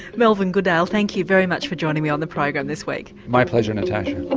melvyn goodale, thank you very much for joining me on the program this week. my pleasure, natasha.